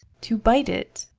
to bite it?